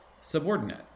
subordinate